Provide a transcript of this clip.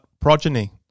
progeny